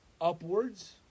upwards